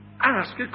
ask